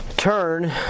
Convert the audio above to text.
turn